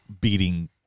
beating